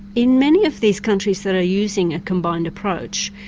in many of these countries that are using a combined approach,